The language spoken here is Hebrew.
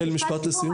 יעל משפט סיום.